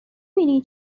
نبینی